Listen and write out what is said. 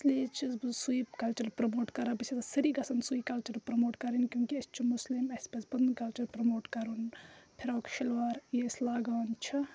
اس لیے چھَس بہٕ سُے کَلچر پراموٹ کران بہٕ چھس سٲری گژھان سُے کلچر پرٮ۪موٹ کرٕنۍ کیونکہِ أسۍ چھِ مُسلِم اسہِ پزِ پنُن کلچر پرٮ۪موٹ کرُن فِراک شلوار یہِ أسۍ لاگان چھِ